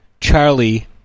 Charlie